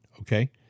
okay